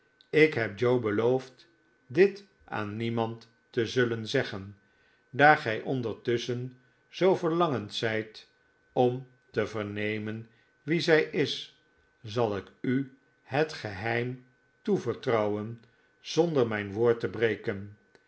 ik heb joe beloofd dit aan niemand te zullen zeggen daar gij ondertusschen zoo verlangend zijt om te vernemen wie zij is zal ik u het geheim toevertrouwen zonder mijn woord te breken